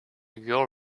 your